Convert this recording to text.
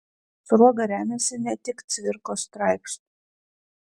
sruoga remiasi ne tik cvirkos straipsniu